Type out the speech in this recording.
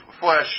flesh